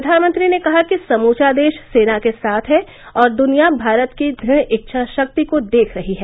प्रधानमंत्री ने कहा कि समूचा देश सेना के साथ है और दुनिया भारत की दृढ़ इच्छाशक्ति को देख रही है